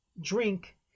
drink